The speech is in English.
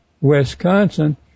Wisconsin